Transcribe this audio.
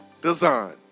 Design